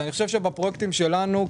בפרויקטים שלנו,